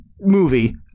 movie